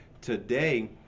today